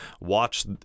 watch